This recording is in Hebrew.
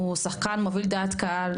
הוא שחקן מוביל דעת קהל,